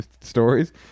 stories